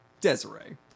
desiree